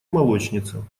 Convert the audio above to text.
молочница